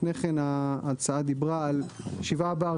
לפני כן ההצעה דיברה על 7 בר,